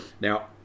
Now